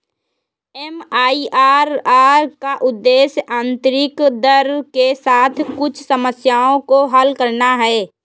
MIRR का उद्देश्य आंतरिक दर के साथ कुछ समस्याओं को हल करना है